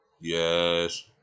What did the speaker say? Yes